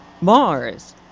Mars